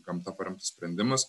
gamta paremtus sprendimus